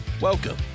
Welcome